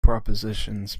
propositions